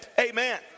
Amen